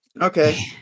Okay